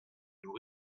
nous